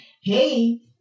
hey